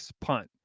punt